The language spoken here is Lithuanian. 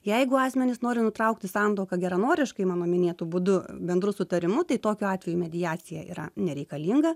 jeigu asmenys nori nutraukti santuoką geranoriškai mano minėtu būdu bendru sutarimu tai tokiu atveju mediacija yra nereikalinga